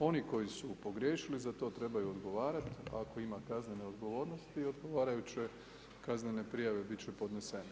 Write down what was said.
Oni koji su pogriješili, za to trebaju odgovarati ako ima kaznene odgovornosti, odgovarajuće kaznene prijave biti će podnesene.